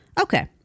Okay